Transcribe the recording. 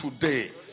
today